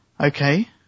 Okay